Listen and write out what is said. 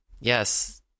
Yes